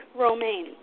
Romaine